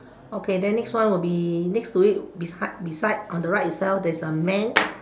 okay then next one will be next to it beside beside on the right itself there is man